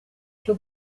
cyo